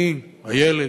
אני הילד,